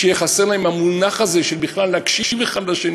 יהיה חסר להם המונח הזה של בכלל להקשיב זה לזה,